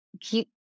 keep